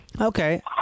Okay